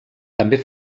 també